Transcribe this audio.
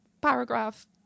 paragraph